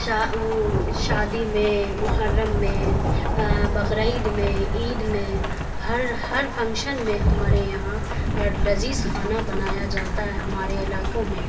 شاد شادی میں محرم میں بقراعید میں عید میں ہر ہر فنکشن میں ہمارے یہاں لذیذ کھانا بنایا جاتا ہے ہمارے علاقوں میں